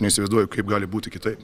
neįsivaizduoju kaip gali būti kitaip